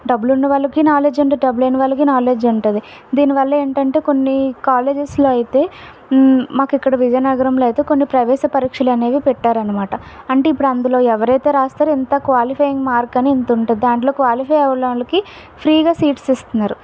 డబ్బులు ఉన్న వాళ్ళకి నాలెడ్జ్ ఉంటుంది డబ్బు లేని వాళ్ళకి నాలెడ్జ్ ఉంటుంది దీనివల్ల ఏంటంటే కొన్ని కాలేజెస్లో అయితే మాకు ఇక్కడ విజయనగరంలో అయితే కొన్ని ప్రవేశ పరీక్షలు అనేవి పెట్టారు అనమాట అంటే ఇప్పుడు అందులో ఎవరైతే రాస్తారో ఇంత క్వాలిఫయింగ్ మార్క్ అని ఇంత ఉంటుంది దాంట్లో క్వాలిఫై అయిన వాళ్ళకి ఫ్రీగా సీట్స్ ఇస్తున్నారు